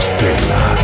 Stella